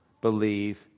believe